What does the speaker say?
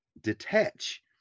detach